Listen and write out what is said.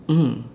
mm